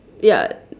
ya